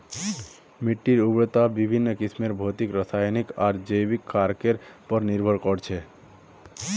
मिट्टीर उर्वरता विभिन्न किस्मेर भौतिक रासायनिक आर जैविक कारकेर पर निर्भर कर छे